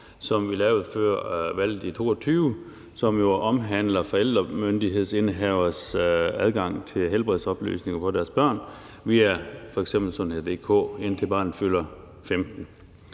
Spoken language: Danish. som vi lavede før valget i 2022, som jo omhandler forældremyndighedsindehaveres adgang til helbredsoplysninger om deres børn via f.eks. sundhed.dk, indtil barnet fylder 15